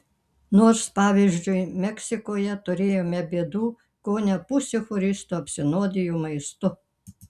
nors pavyzdžiui meksikoje turėjome bėdų kone pusė choristų apsinuodijo maistu